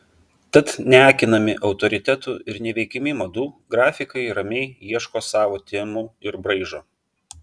tad neakinami autoritetų ir neveikiami madų grafikai ramiai ieško savo temų ir braižo